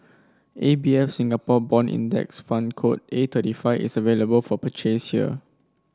A B F Singapore Bond Index Fund code A thirty five is available for purchase here